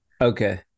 Okay